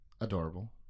Adorable